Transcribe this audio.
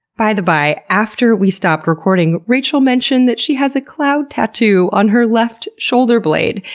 by the by, after we stopped recording, rachel mentioned that she has a cloud tattoo on her left shoulder blade,